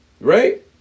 Right